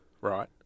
right